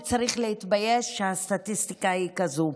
וצריך להתבייש שהסטטיסטיקה היא כזאת.